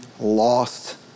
lost